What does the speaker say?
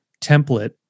template